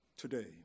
Today